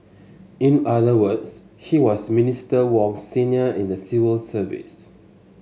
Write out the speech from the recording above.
in other words he was Minister Wong's senior in the civil service